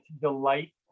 delight